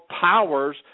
powers